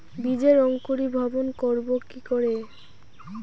বীজের অঙ্কুরিভবন করব কি করে?